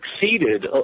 succeeded